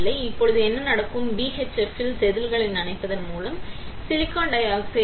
எனவே இப்போது என்ன நடக்கும் BHF இல் செதில்களை நனைப்பதன் மூலம் சிலிக்கான் டை ஆக்சைடு எட்ச்